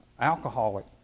Alcoholic